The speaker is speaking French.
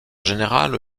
général